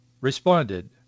responded